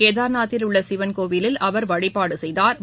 கேதா்நாத்தில் உள்ள சிவன் கோவிலில் அவா் வழிபாடு செய்தாா்